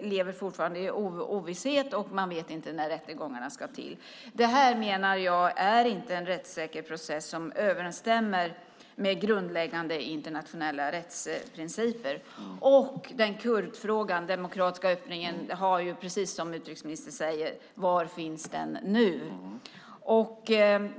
lever fortfarande i ovisshet. Man vet inte när rättegångarna blir. Detta, menar jag, är inte en rättssäker process som överensstämmer med grundläggande internationella rättsprinciper. Som utrikesministern säger: Var finns kurdfrågan, den demokratiska öppningen?